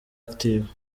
active